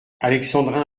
alexandrin